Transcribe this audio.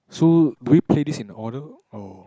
so do we play this in order or